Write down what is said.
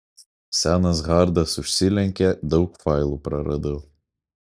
senas hardas užsilenkė daug failų praradau